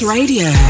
Radio